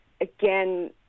again